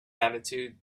attitude